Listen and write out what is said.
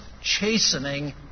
chastening